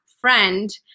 friend